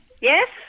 Yes